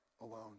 alone